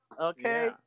Okay